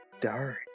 dark